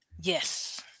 Yes